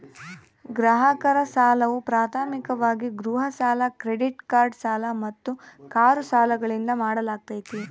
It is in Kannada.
ಗ್ರಾಹಕರ ಸಾಲವು ಪ್ರಾಥಮಿಕವಾಗಿ ಗೃಹ ಸಾಲ ಕ್ರೆಡಿಟ್ ಕಾರ್ಡ್ ಸಾಲ ಮತ್ತು ಕಾರು ಸಾಲಗಳಿಂದ ಮಾಡಲಾಗ್ತೈತಿ